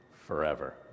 forever